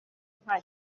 nta